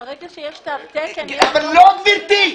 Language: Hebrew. ברגע שיש תו תקן --- לא, גברתי.